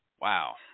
Wow